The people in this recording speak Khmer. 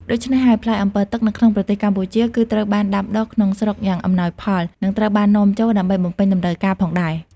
ដូច្នេះហើយ ផ្លែអម្ពិលទឹកនៅក្នុងប្រទេសកម្ពុជាគឺត្រូវបានដាំដុះក្នុងស្រុកយ៉ាងអំណោយផល និងត្រូវបាននាំចូលដើម្បីបំពេញតម្រូវការផងដែរ។